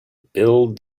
build